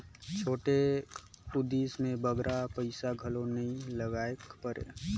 छोटे उदिम में बगरा पइसा घलो नी लगाएक परे